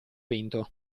vento